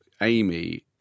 Amy